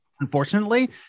Unfortunately